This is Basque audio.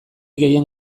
gehien